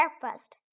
breakfast